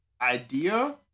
idea